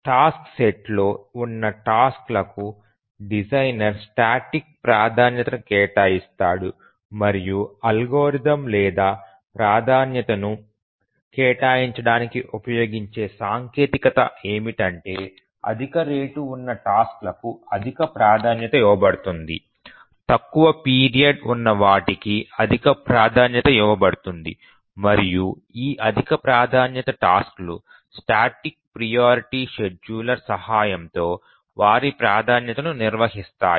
task సెట్లో ఉన్న task లకు డిజైనర్ స్టాటిక్ ప్రాధాన్యతను కేటాయిస్తాడు మరియు అల్గోరిథం లేదా ప్రాధాన్యతను కేటాయించడానికి ఉపయోగించే సాంకేతికత ఏమిటంటే అధిక రేటు ఉన్న టాస్క్ లకు అధిక ప్రాధాన్యత ఇవ్వబడుతుంది తక్కువ పీరియడ్ ఉన్న వాటికి అధిక ప్రాధాన్యత ఇవ్వబడుతుంది మరియు ఈ అధిక ప్రాధాన్యత టాస్క్ లు స్టాటిక్ ప్రయారిటీ షెడ్యూలర్ సహాయంతో వారి ప్రాధాన్యతను నిర్వహిస్తాయి